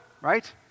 right